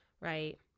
right